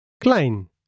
klein